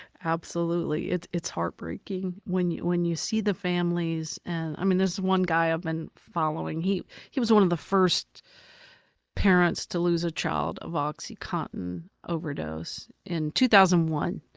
absolutely, it's it's heartbreaking. when you when you see the families. and i mean this one guy i've been following, he he was one of the first parents to lose a child of oxycontin overdose in two thousand and one,